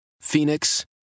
Phoenix